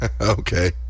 Okay